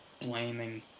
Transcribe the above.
blaming